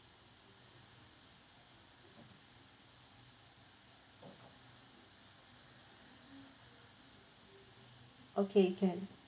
okay can